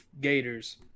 Gators